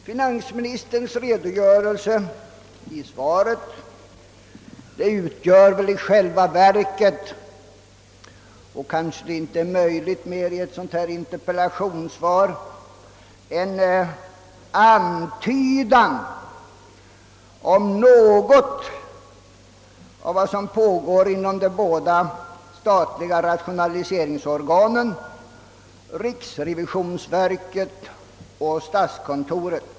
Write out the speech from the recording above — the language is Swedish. Finansministerns redogörelse i svaret ger endast en antydan om något av vad som pågår inom de båda statliga rationaliseringsorganen, riksrevisionsverket och statskontoret.